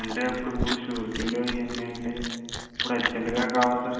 అంటే ఇప్పటికిప్పుడు షూరిటీలుఅవి అన్నీ అంటే ఇప్పుడు అర్జెంట్గా కావలి సార్